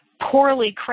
poorly